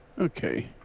Okay